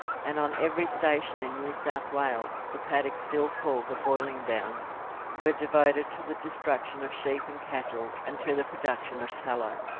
and on every station in new south wales the paddocks still called the boiling down were devoted to the destruction of sheep and cattle and to the production of tallow.